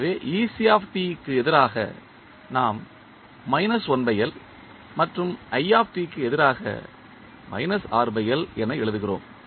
எனவே க்கு எதிராக நாம் மற்றும் க்கு எதிராக என எழுதுகிறோம்